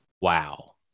Wow